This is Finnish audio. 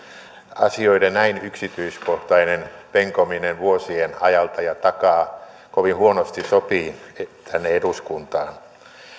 asioiden näin yksityiskohtainen penkominen vuosien ajalta ja takaa kovin huonosti sopii tänne eduskuntaan